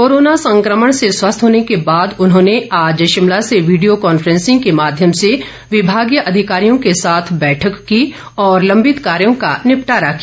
corona संक्रमण से स्वस्थ होने के बाद उन्होंने आज शिमला में वीडियो कॉन्फ्रेंस के माध्यम से विभागीय अधिकारियों के साथ बैठक की और लम्बित कार्यों का निपटारा किया